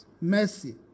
mercy